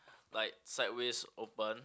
like sideways open